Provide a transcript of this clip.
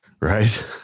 right